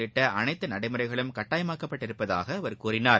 உள்ளிட்ட அனைத்து நடைமுறைகளும் கட்டாயமாக்கப்பட்டுள்ளதாக அவர் கூறினார்